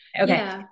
Okay